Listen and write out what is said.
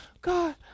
God